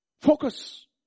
Focus